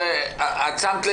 תקופה.